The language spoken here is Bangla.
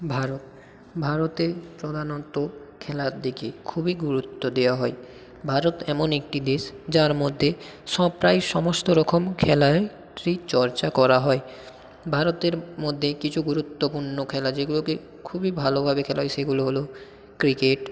ভারত ভারতে প্রধানত খেলার দিকে খুবই গুরুত্ব দেয়া হয় ভারত এমন একটি দেশ যার মধ্যে সব প্রায় সমস্ত রকম খেলারই চর্চা করা হয় ভারতের মধ্যে কিছু গুরুত্বপূর্ণ খেলা যেগুলোকে খুবই ভালোভাবে খেলা হয় সেগুলো হল ক্রিকেট